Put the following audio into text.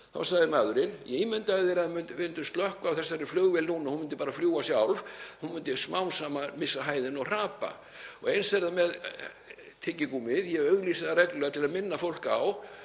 Þá sagði maðurinn: Ímyndaðu þér að við myndum slökkva á þessari flugvél núna og hún myndi bara fljúga sjálf. Hún myndi smám saman missa hæðina og hrapa. Eins er það með tyggigúmmíið, ég auglýsi það reglulega til að minna fólk á